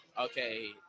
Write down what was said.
Okay